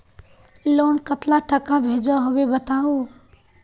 Loan कतला टाका भेजुआ होबे बताउ?